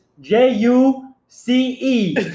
j-u-c-e